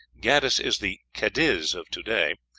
gades is the cadiz of today,